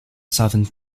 southern